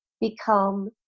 become